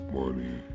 money